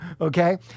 Okay